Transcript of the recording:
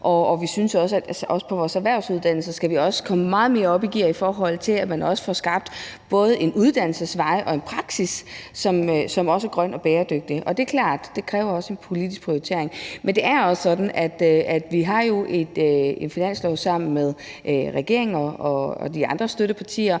og vi synes, at vi også på vores erhvervsuddannelser skal komme meget mere op i gear, i forhold til at man får skabt både en uddannelsesvej og en praksis, som også er grøn og bæredygtig. Og det er klart, at det også kræver en politisk prioritering. Men det er også sådan, at vi jo har finanslov sammen med regeringen og de andre støttepartier,